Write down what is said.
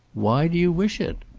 why do you wish it?